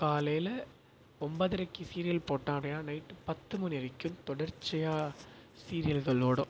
காலையில் ஒம்பதைரைக்கி சீரியல் போட்டான் அப்படின்னா நைட்டு பத்து மணி வரைக்கும் தொடர்ச்சியாக சீரியல்கள் ஓடும்